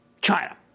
China